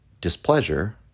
displeasure